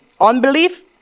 Unbelief